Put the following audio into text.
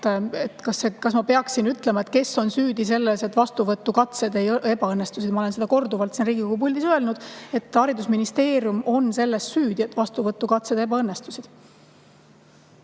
Kas ma peaksin ütlema, kes on süüdi selles, et vastuvõtukatsed ebaõnnestusid? Ma olen seda korduvalt siin Riigikogu puldis öelnud, et haridusministeerium on selles süüdi, et vastuvõtukatsed ebaõnnestusid.